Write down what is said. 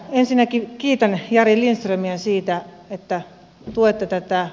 ensinnäkin kiitän jari lindströmiä siitä että tuette tätä